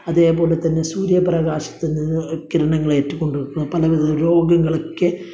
അതേ പോലെ തന്നെ സൂര്യപ്രകാശത്തില് നിന്നു കിരണങ്ങള് ഏറ്റുകൊണ്ട് പലവിധ രോഗങ്ങളൊക്കെ